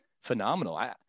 phenomenal